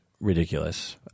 ridiculous